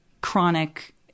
chronic